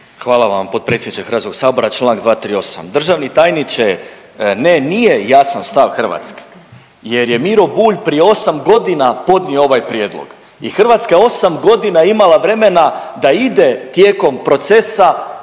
Hvala vam potpredsjedniče HS-a. Čl. 238., državni tajniče, ne nije jasan stav Hrvatske jer je Miro Bulj prije osam godina podnio ovaj prijedlog i Hrvatska 8 godina imala vremena da ide tijekom procesa